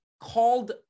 called